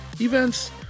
events